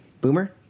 Boomer